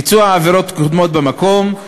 ביצוע עבירות קודמות במקום,